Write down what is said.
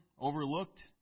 Overlooked